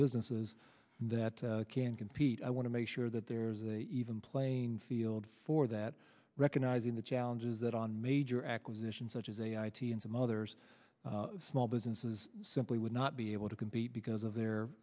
businesses that can't compete i want to make sure that there's a even playing field for that recognizing the challenges that on major acquisitions such as a i t and some others small businesses simply would not be able to compete because of their